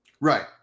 Right